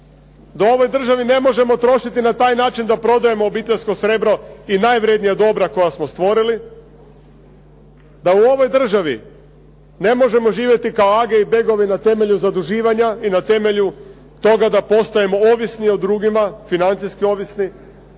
da u ovoj državi ne možemo trošiti na taj način da prodajemo obiteljsko srebro i najvrjednija dobra koja smo stvorili, da u ovoj državi ne možemo živjeti kao age i begovi na temelju zaduživanja i na temelju toga da postajemo ovisni o drugima, financijski ovisni,